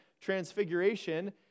Transfiguration